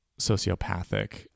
sociopathic